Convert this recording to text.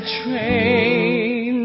train